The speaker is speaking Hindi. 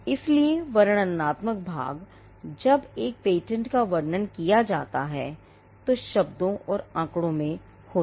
इसलिए वर्णनात्मक भाग जब एक पेटेंट का वर्णन किया जाता है तो शब्दों और आंकड़ों में होगा